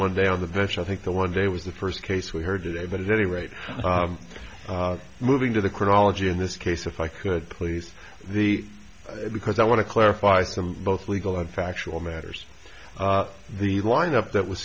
one day on the bench i think the one day was the first case we heard today but at any rate moving to the chronology in this case if i could please the because i want to clarify some both legal and factual matters the lineup that was